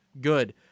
good